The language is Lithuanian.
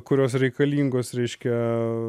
kurios reikalingos reiškia